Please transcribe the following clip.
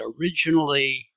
originally